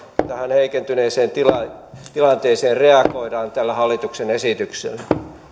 heikentyneeseen tilanteeseen tilanteeseen reagoidaan tällä hallituksen esityksellä